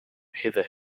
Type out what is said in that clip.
heather